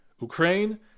Ukraine